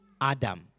Adam